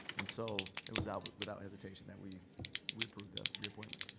and so it was ah but without hesitation that we we approved the reappointment.